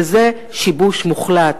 וזה שיבוש מוחלט,